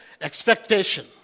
expectation